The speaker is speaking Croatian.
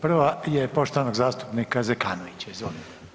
Prva je poštovanog zastupnika Zekanovića, izvolite.